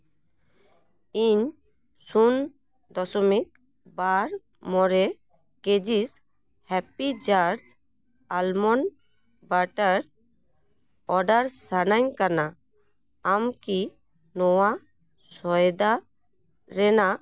ᱤᱧ ᱥᱩᱱ ᱫᱚᱥᱚᱢᱤᱠ ᱵᱟᱨ ᱢᱚᱬᱮ ᱠᱮᱡᱤᱥ happy jars almond butter order ᱥᱟᱱᱟᱧ ᱠᱟᱱᱟ ᱟᱢᱠᱤ ᱱᱚᱣᱟ ᱥᱚᱭᱫᱟ ᱨᱮᱱᱟᱜ